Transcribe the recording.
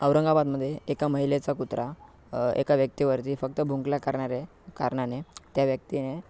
औरंगाबादमध्ये एका महिलेचा कुत्रा एका व्यक्तीवरती फक्त भुंकला करणारे कारणाने त्या व्यक्तीने